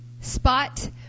spot